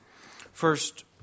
First